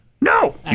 No